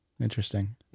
Interesting